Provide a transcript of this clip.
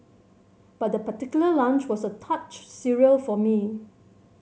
but that particular lunch was a touch surreal for me